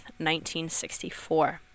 1964